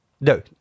no